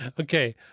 Okay